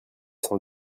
cent